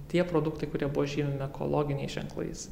tie produktai kurie buvo žymimi ekologiniais ženklais